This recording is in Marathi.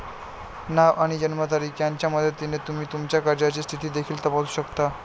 नाव आणि जन्मतारीख यांच्या मदतीने तुम्ही तुमच्या कर्जाची स्थिती देखील तपासू शकता